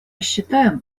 считаем